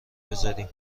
بزاریم